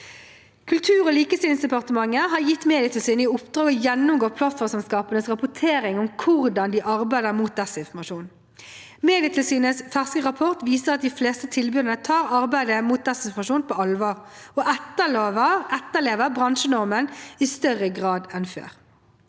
Kultur- og likestillingsdepartementet har gitt Medietilsynet i oppdrag å gjennomgå plattformselskapenes rapportering om hvordan de arbeider mot desinformasjon. Medietilsynets ferske rapport viser at de fleste tilbyderne tar arbeidet mot desinformasjon på alvor, og etterlever bransjenormen i større grad enn før.